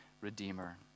redeemer